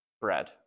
bread